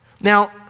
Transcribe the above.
Now